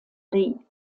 leigh